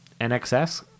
NXS